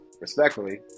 Respectfully